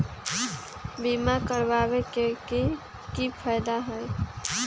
बीमा करबाबे के कि कि फायदा हई?